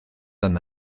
yna